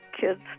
kid's